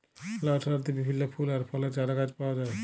লার্সারিতে বিভিল্য ফুল আর ফলের চারাগাছ পাওয়া যায়